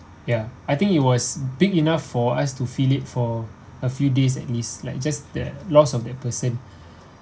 ya I think it was big enough for us to feel it for a few days at least like just the loss of that person